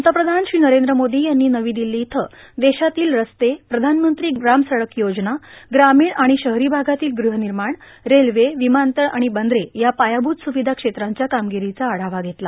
पंतप्रधान नरद्र मोदो यांनी नवी र्दल्लो इथं देशातील रस्ते प्रधानमंत्री ग्रामसडक योजना ग्रामीण आर्ाण शहरां भागातील गृर्हानमाण रेल्वे विमानतळ आर्ाण बंदरे या पायाभूत स्रावधा क्षेत्रांच्या कार्मागरोंचा आढावा घेतला